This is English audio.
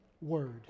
word